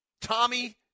Tommy